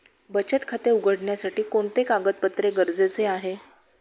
बचत खाते उघडण्यासाठी कोणते कागदपत्रे गरजेचे आहे?